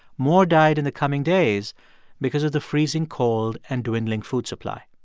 more died in the coming days because of the freezing cold and dwindling food supply.